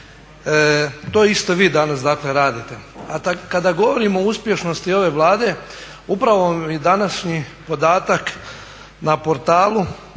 To isto vi danas radite. A kada govorimo o uspješnosti ove Vlade upravo današnji podatak na portalu